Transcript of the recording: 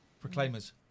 Proclaimers